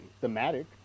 thematic